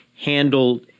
handled